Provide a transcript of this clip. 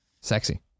sexy